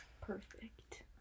Perfect